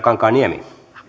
puhemies